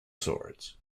swords